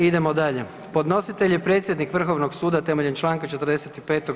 Idemo dalje, podnositelj je predsjednik Vrhovnog suda temeljem Članka 45.